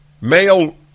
male